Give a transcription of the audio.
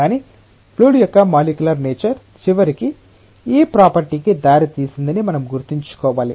కానీ ఫ్లూయిడ్ యొక్క molecular nature చివరికి ఈ ప్రాపర్టీ కి దారితీసిందని మనం గుర్తుంచుకోవాలి